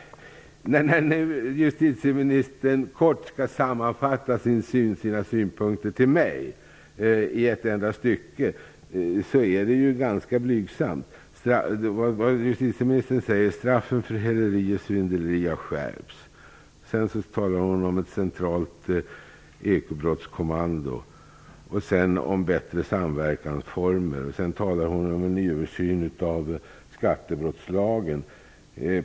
Justitieministern sammanfattar kort sina synpunkter till mig i ett enda stycke, och det är ganska blygsamt. Justitieministern säger att straffen för häleri och svindleri har skärpts. Hon talar om ett centralt ekobrottskommando och om bättre samverkansformer. Hon talar vidare om en översyn av skattebrottslagen.